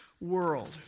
world